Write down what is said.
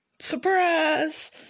Surprise